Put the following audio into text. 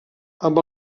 amb